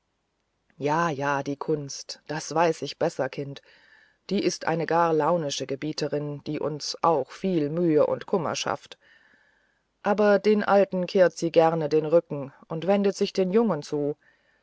ja ja die kunst das weiß ich besser kind die ist eine gar launische gebieterin die uns auch viel mühe und kummer schafft und gar den alten kehrt sie gern den rücken und wendet sich den jungen zu